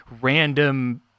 random